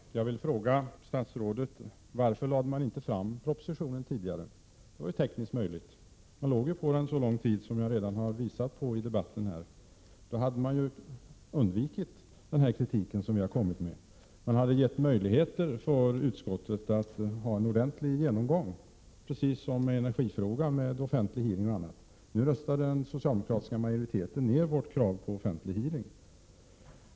Fru talman! Jag vill fråga statsrådet varför regeringen inte lade fram propositionen tidigare. Det var ju tekniskt möjligt. Regeringen väntade ju med att lägga fram den så lång tid som jag redan har redovisat i debatten. Om regeringen hade lagt fram propositionen tidigare hade regeringen undvikit den kritik som jag har framfört. Regeringen hade då gett utskottet möjligheter att ordna en ordentlig genomgång, precis som utskottet gjorde när det gällde energifrågan, med offentlig hearing och annat. Nu röstar den socialdemokratiska majoriteten ner vårt krav på offentlig hearing.